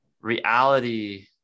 reality